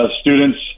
Students